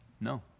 No